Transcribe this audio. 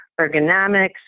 ergonomics